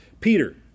Peter